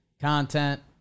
content